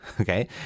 okay